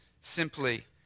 simply